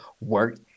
work